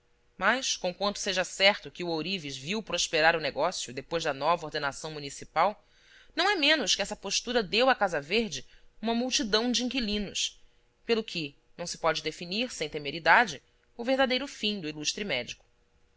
mas conquanto seja certo que o ourives viu prosperar o negócio depois da nova ordenação municipal não o é menos que essa postura deu à casa verde uma multidão de inquilinos pelo que não se pode definir sem temeridade o verdadeiro fim do ilustre médico